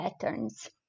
patterns